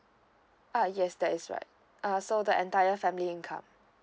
uh yes that is right uh so the entire family income